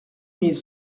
mille